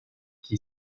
qui